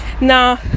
Now